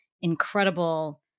incredible